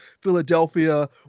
Philadelphia